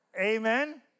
Amen